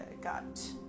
got